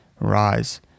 rise